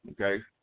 Okay